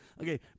Okay